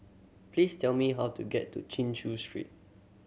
please tell me how to get to Chin Chew Street